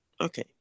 Okay